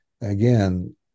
again